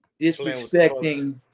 disrespecting